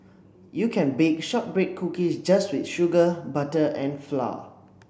you can bake shortbread cookies just with sugar butter and flour